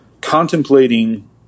contemplating